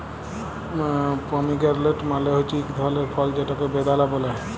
pomegranate মালে হছে ইক ধরলের ফল যেটকে বেদালা ব্যলে